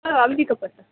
होय आमी पीकआप करता